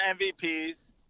MVPs